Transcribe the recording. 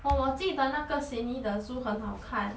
orh 我记得那个 sydney 的书很好看